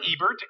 Ebert